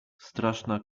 straszna